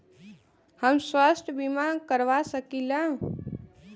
हम स्वास्थ्य बीमा करवा सकी ला?